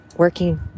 working